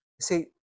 see